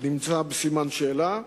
בסימן שאלה.